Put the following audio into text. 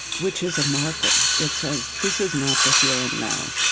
which is a marker. it says this is not the here and now.